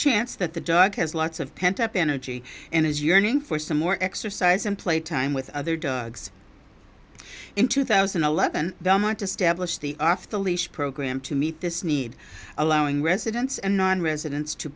chance that the dog has lots of pent up energy and is yearning for some more exercise and playtime with other dogs in two thousand and eleven the moment established the off the leash program to meet this need allowing residents and nonresidents to